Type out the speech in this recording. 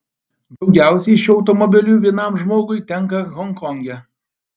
daugiausiai šių automobilių vienam žmogui tenka honkonge